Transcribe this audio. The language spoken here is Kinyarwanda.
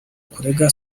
kurega